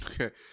okay